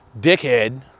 dickhead